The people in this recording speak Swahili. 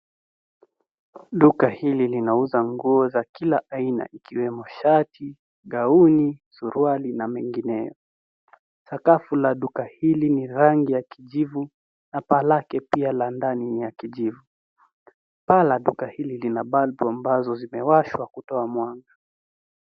Duka hili linauza nguo za kila aina ikiwemo shati, gauni suruali na mengineyo. Sakafu la duka hili ni ya rangi ya kijivu na paa lake pia la ndani ya kijivu. Paa la duka hili lina bulb ambazo zimewashwa kutoa mwanga.